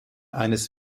eines